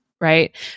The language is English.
right